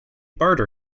barter